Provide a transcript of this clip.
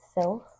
self